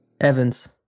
Evans